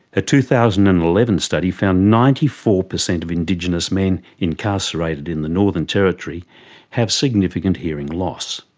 a two thousand and eleven study found ninety four per cent of indigenous men incarcerated in the northern territory have significant hearing loss.